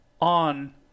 on